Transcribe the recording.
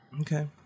Okay